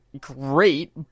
great